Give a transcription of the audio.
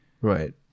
right